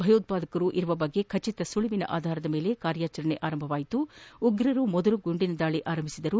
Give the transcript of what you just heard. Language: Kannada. ಭಯೋತ್ಪಾದಕರು ಇರುವ ಬಗ್ಗೆ ಖಟಿತ ಮಾಹಿತಿ ಆಧಾರದ ಮೇಲೆ ಕಾರ್ಯಾಚರಣೆ ಆರಂಭವಾದಾಗ ಉಗ್ರರು ಗುಂಡಿನ ದಾಳಿ ಆರಂಭಿಸಿದರು